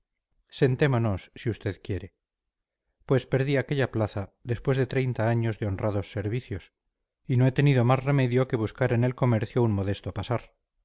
sentémonos si usted quiere pues perdí aquella plaza después de treinta años de honrados servicios y no he tenido más remedio que buscar en el comercio un modesto pasar